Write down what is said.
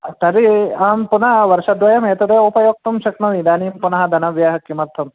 तर्हि अहं पुनः वर्षद्वयम् एतद् उपयोक्तुं शक्नोमि इदानीं पुनः धनव्ययः किमर्थम्